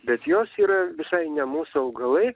bet jos yra visai ne mūsų augalai